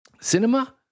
cinema